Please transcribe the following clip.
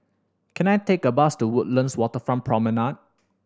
can I take a bus to Woodlands Waterfront Promenade